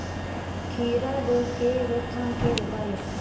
खीरा रोग के रोकथाम के उपाय?